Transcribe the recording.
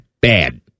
bad